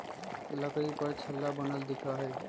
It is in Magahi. लकड़ी पर छल्ला बनल दिखा हई